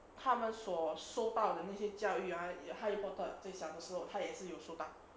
他们所收到的那些教育 ah 哈利波特最小的时候他也是有收到